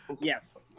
Yes